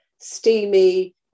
steamy